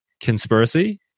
conspiracy